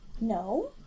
No